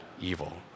evil